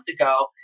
ago